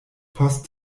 post